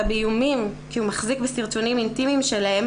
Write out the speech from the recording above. באיומים כי הוא מחזיק בסרטונים אינטימיים שלהם